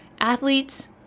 athletes